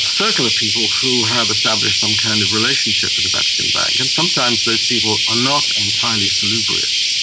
circle of people who have established some kind of relationship with the vatican bank and sometimes those people are not entirely salubrious.